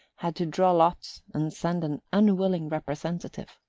had to draw lots and send an unwilling representative.